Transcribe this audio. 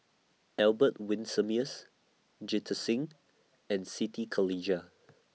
Albert Winsemius Jita Singh and Siti Khalijah